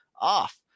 off